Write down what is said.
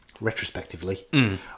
retrospectively